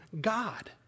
God